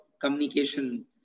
communication